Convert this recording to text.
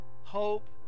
hope